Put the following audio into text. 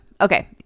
Okay